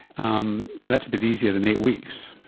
um that's a bit easier than eight weeks.